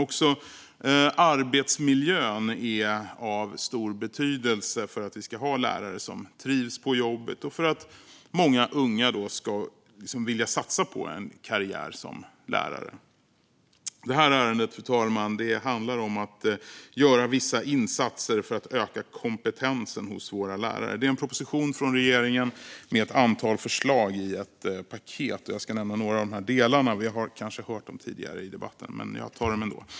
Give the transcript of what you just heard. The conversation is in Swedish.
Också arbetsmiljön är av stor betydelse för att vi ska ha lärare som trivs på jobbet och för att många unga ska vilja satsa på en karriär som lärare. Det här ärendet, fru talman, handlar om att göra vissa insatser för att öka kompetensen hos våra lärare. Det är en proposition från regeringen med ett antal förslag i ett paket. Jag ska nämna några av delarna. Vi har kanske hört dem tidigare i debatten, men jag tar dem ändå.